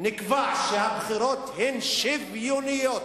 נקבע שהבחירות הן שוויוניות,